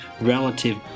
relative